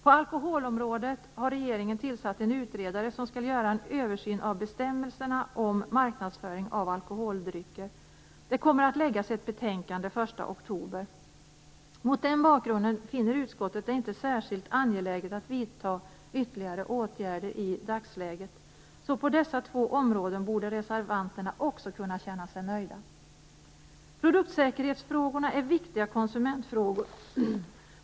På alkoholområdet har regeringen tillsatt en utredare som skall göra en översyn av bestämmelserna om marknadsföring av alkoholdrycker. Det kommer att läggas fram ett betänkande den 1 oktober. Mot den bakgrunden finner utskottet det inte särskilt angeläget att vidta ytterligare åtgärder i dagsläget. På dessa två områden borde reservanterna kunna känna sig nöjda. Produktsäkerhetsfrågorna är viktiga konsumentfrågor.